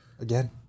Again